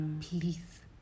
please